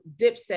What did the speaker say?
Dipset